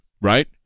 right